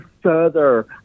further